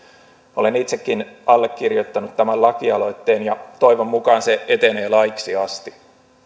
olen itsekin allekirjoittanut tämän lakialoitteen ja toivon mukaan se etenee laiksi asti